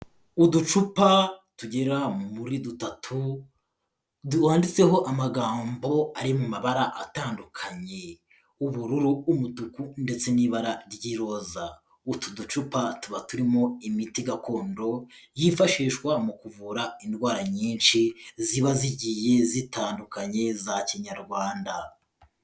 Uducupa tugera muri dutatu, du wanditseho amagambo ari mu mabara atandukanye, ubururu, umutuku ndetse n'ibara ry'iroza, utu ducupa tuba turimo imiti gakondo, yifashishwa mu kuvura indwara nyinshi ziba zigiye zitandukanye za Kinyarwanda.